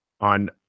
on